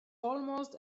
almost